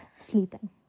sleeping